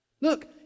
Look